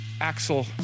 Axel